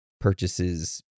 purchases